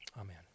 Amen